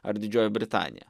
ar didžioji britanija